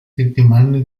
settimane